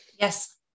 Yes